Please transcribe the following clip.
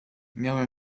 miałem